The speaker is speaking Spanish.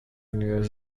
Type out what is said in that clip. unidos